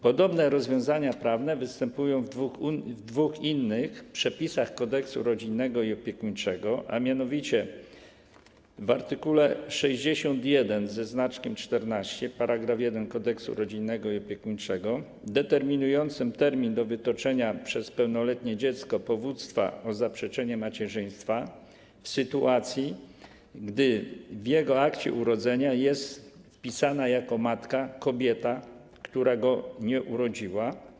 Podobne rozwiązania prawne występują w dwóch innych przepisach Kodeksu rodzinnego i opiekuńczego, a mianowicie w art. 61 § 1 Kodeksu rodzinnego i opiekuńczego determinującym termin do wytoczenia przez pełnoletnie dziecko powództwa o zaprzeczenie macierzyństwa w sytuacji, gdy w jego akcie urodzenia jest wpisana jako matka kobieta, która go nie urodziła.